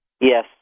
Yes